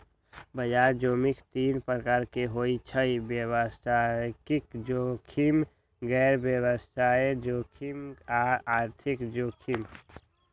बजार जोखिम तीन प्रकार के होइ छइ व्यवसायिक जोखिम, गैर व्यवसाय जोखिम आऽ आर्थिक जोखिम